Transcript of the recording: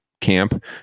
camp